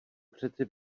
přeci